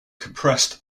compressed